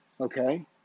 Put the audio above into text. okay